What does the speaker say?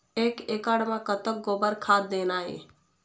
एक एकड़ म कतक गोबर खाद देना ये?